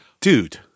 dude